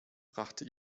brachte